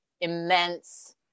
immense